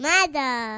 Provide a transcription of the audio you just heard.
Mother